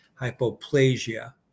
hypoplasia